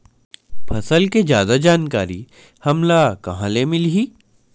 फसल के जादा जानकारी हमला कहां ले मिलही?